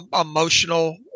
emotional